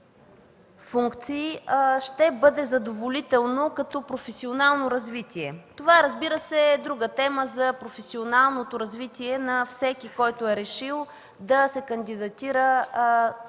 това е друга тема – за професионалното развитие на всеки, който е решил да се кандидатира за член